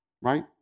right